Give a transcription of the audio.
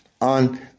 on